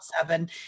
seven